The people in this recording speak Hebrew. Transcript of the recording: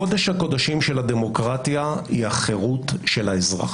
קודש הקודשים של הדמוקרטיה היא החירות של האזרח.